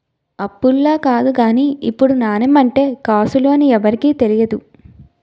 అప్పుడులా కాదు గానీ ఇప్పుడు నాణెం అంటే కాసులు అని ఎవరికీ తెలియదు